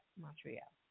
Montreal